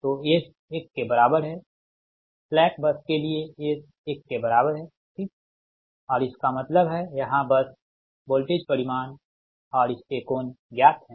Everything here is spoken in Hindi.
तो s 1 के बराबर है स्लैक बस के लिए s 1 के बराबर है ठीक औरइसका मतलब है यहाँ बस वोल्टेज परिमाण और इसके कोण ज्ञात हैं